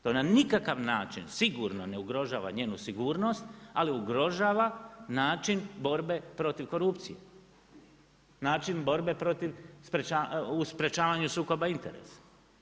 To na nikakav način, sigurno ne ugrožava njenu sigurnost, ali, ugrožava način borbe protiv korupcije, način borbe u sprječavanju sukoba interesa.